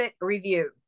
Review